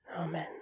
Amen